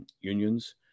unions